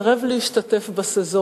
לפני קום המדינה סירב להשתתף ב"סזון"